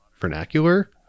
vernacular